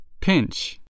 Pinch